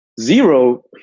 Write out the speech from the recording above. zero